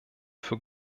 für